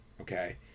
Okay